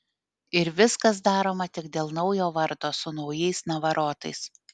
ir viskas daroma tik dėl naujo vardo su naujais navarotais